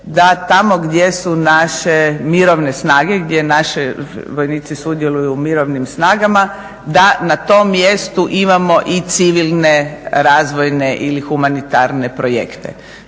da tamo gdje su naše mirovne snage, gdje naši vojnici sudjeluju u mirovnim snagama, da na tom mjestu imamo i civilne, razvojne ili humanitarne projekte,